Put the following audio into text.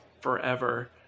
forever